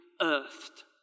earthed